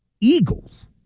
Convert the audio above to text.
Eagles